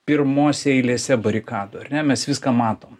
pirmose eilėse barikadų ar ne mes viską matom